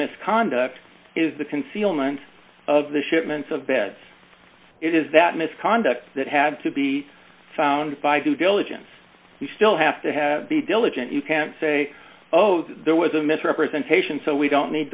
misconduct is the concealment of the shipments of beds it is that misconduct that had to be found by due diligence you still have to have be diligent you can't say oh there was a misrepresentation so we don't need